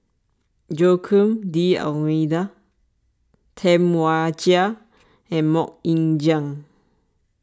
Joaquim D'Almeida Tam Wai Jia and Mok Ying Jang